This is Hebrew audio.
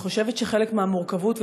אני חושבת שחלק מהמורכבות,